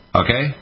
okay